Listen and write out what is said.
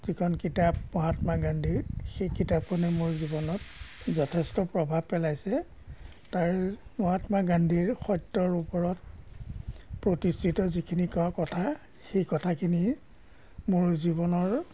যিখন কিতাপ মহাত্মা গান্ধীৰ সেই কিতাপখনে মোৰ জীৱনত যথেষ্ট প্ৰভাৱ পেলাইছে তাৰ মহাত্মা গান্ধীৰ সত্যৰ ওপৰত প্ৰতিষ্ঠিত যিখিনি ক কোৱা কথা সেই কথাখিনি মোৰ জীৱনৰ